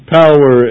power